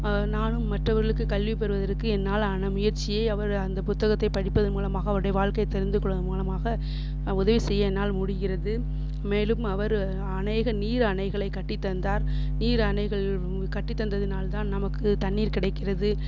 நானும் மற்றவர்களுக்கு கல்வி பெறுவதற்கு என்னால் ஆன முயற்சியை அவர் அந்த புத்தகத்தை படிப்பதின் மூலமாக அவருடைய வாழ்க்கையை தெரிந்துக்கொள்வது மூலமாக உதவி செய்ய என்னால் முடிகிறது மேலும் அவர் அநேக நீர் அணைகளை கட்டித் தந்தார் நீர் அணைகள் கட்டித்தந்ததினால் தான் நமக்கு தண்ணீர் கிடைக்கிறது